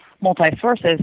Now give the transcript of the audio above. multi-sources